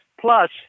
Plus